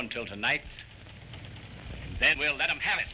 until tonight then we'll let him have it